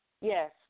yes